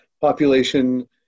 population